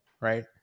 Right